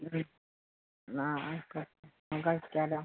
ഉം നാളേക്ക് നമുക്ക് കഴിക്കാമല്ലോ